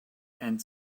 and